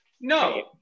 No